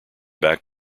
back